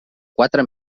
quatre